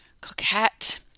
Coquette